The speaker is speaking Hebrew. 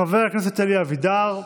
חבר הכנסת אלי אבידר,